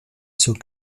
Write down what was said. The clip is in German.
zur